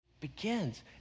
begins